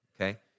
okay